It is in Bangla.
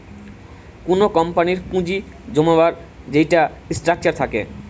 কুনো কোম্পানির পুঁজি জমাবার যেইটা স্ট্রাকচার থাকে